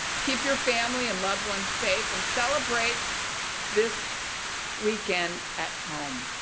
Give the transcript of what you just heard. keep your family and loved ones safe and celebrate this weekend at home.